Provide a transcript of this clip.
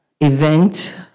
event